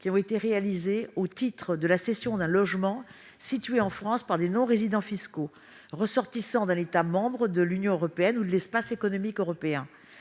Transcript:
plus-values réalisées au titre de la cession d'un logement situé en France par des non-résidents fiscaux, ressortissants d'un État membre de l'Union européenne ou de l'Espace économique européen.